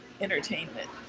entertainment